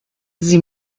sie